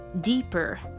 deeper